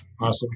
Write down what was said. Awesome